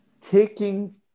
taking